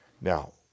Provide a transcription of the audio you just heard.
Now